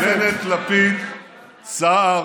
ממשלת בנט-לפיד-סער